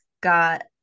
got